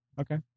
Okay